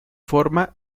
forma